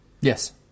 Yes